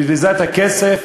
בזבזה את הכסף,